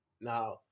Now